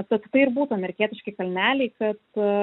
tad tai ir būtų amerikietiški kalneliai kad